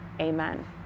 Amen